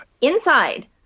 Inside